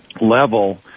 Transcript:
level